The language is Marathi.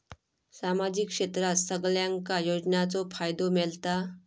सामाजिक क्षेत्रात सगल्यांका योजनाचो फायदो मेलता?